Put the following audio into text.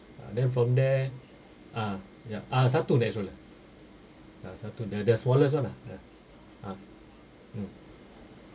then from there ah yup ah satu naik stroller ah satu the the smallest [one] ah ah mm